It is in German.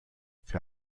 für